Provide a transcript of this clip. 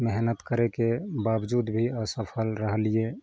मेहनत करैके बावजूद भी असफल रहलियै